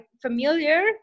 familiar